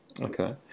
Okay